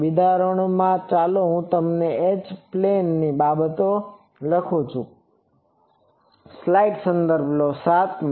બીજા ઉદાહરણમાં ચાલો હું H પ્લેનની બાબતો લખુ